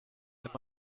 and